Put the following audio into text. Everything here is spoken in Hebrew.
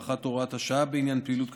הארכת הוראת השעה בעניין פעילות קייטנות,